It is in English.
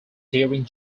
during